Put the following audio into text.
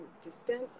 distant